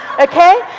okay